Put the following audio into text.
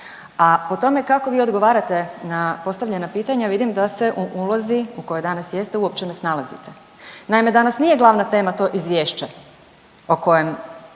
a po tome kako vi odgovarate na postavljena pitanja, vidim da se u ulozi u kojoj danas jeste uopće ne snalazite. Naime, danas nije glavna tema to Izvješće o kojem